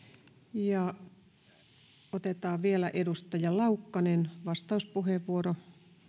ja otetaan vielä edustaja laukkanen vastauspuheenvuoro